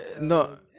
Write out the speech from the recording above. No